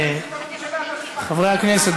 חברי הכנסת,